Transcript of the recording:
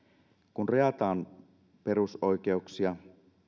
kun rajataan perusoikeuksia